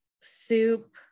soup